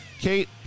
kate